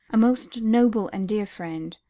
a most noble and dear friend.